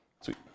Sweet